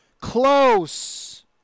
close